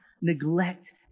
neglect